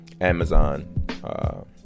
Amazon